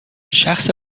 شخص